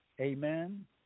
Amen